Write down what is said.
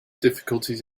difficulties